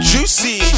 Juicy